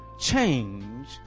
change